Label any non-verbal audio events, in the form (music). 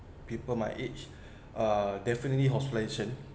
people my age (breath) uh definitely